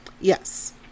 yes